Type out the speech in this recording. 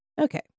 Okay